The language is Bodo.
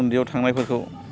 उन्दैयाव थांनायफोरखौ